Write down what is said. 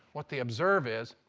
what they observe is,